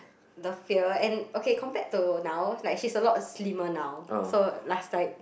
the fear and okay compared to now like she's a lot slimmer now so last time